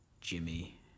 Jimmy